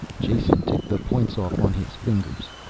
jason ticked the points off on his fingers.